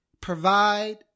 provide